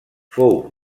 fou